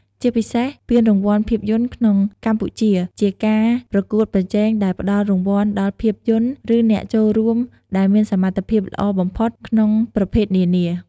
ជាពិសេសពានរង្វាន់ភាពយន្តក្នុងកម្ពុជាជាការប្រកួតប្រជែងដែលផ្តល់រង្វាន់ដល់ភាពយន្ត ឬអ្នកចូលរួមដែលមានសមត្ថភាពល្អបំផុតក្នុងប្រភេទនានា។